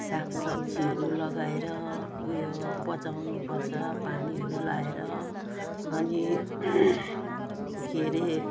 सागसब्जीहरू लगाएर ऊ यो बँचाउनुपर्छ पानीहरू लाएर अनि के रे